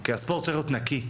כי הספורט צריך להיות נקי,